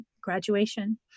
graduation